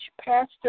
pastor